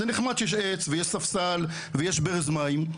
זה נחמד שיש עץ ויש ספסל ויש ברז מים,